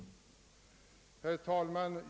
Herr talman!